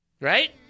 Right